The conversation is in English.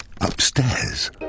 upstairs